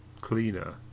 cleaner